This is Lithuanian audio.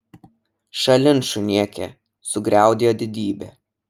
šalin šunėke sugriaudėjo didybė